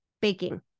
baking